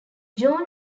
joan